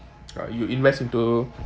or you invest into